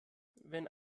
wenn